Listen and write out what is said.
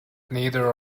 neither